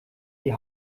die